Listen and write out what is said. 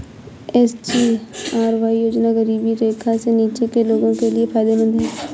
SGRY योजना गरीबी रेखा से नीचे के लोगों के लिए फायदेमंद है